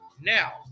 Now